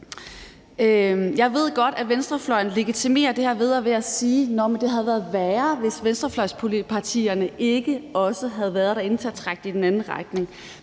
Jeg ved godt, at venstrefløjen legitimerer det her ved at sige, at det ville have været værre, hvis venstrefløjspartierne ikke også havde været der til at trække det i den anden retning.